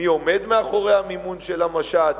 מי עומד מאחורי המימון של המשט,